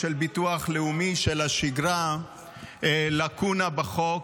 של חברי הכנסת ינון אזולאי,